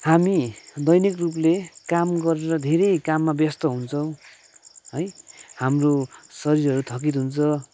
हामी दैनिक रूपले काम गरेर धेरै काममा व्यस्त हुन्छौँ है हाम्रो शरीरहरू थकित हुन्छ